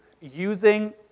using